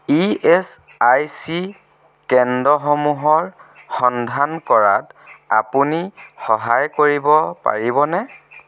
E S I C কেন্দসমূহৰ সন্ধান কৰাত আপুনি সহায় কৰিব পাৰিবনে